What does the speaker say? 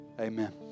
Amen